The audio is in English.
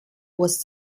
was